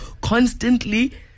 constantly